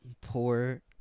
poor